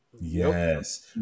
Yes